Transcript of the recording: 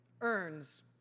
earns